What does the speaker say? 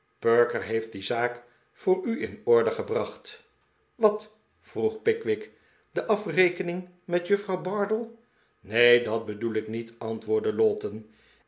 perker heeft die zaak voor u in orde gebracht wat vroeg pickwick de afrekening met juffrouw bardell neen dat bedoel ik niet antwoordde lowten